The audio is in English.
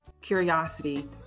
curiosity